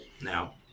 Now